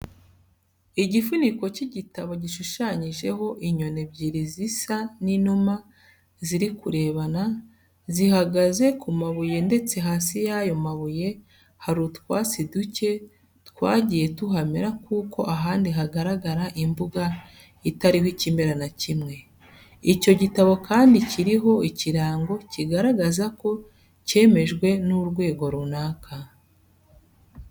Igifuniko cy'igitabo gishushanijeho inyoni ebyiri zisa n'inuma ziri kurebana, zihagaze ku mabuye ndetse hasi y'ayo mabuye hari utwatsi ducye twagiye tuhamera kuko ahandi hagaragara imbuga itariho ikimera na kimwe. Icyo gitabo kandi kiriho ikirango kigaragaza ko cyemejwe n'urwego runaka.